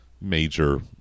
major